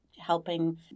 helping